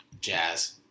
Jazz